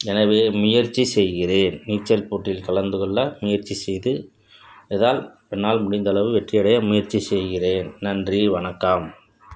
எனவே முயற்சி செய்கிறேன் நீச்சல் போட்டியில் கலந்துக் கொள்ள முயற்சி செய்து எதால் என்னால் முடிந்தளவு வெற்றியடைய முயற்சி செய்கிறேன் நன்றி வணக்கம்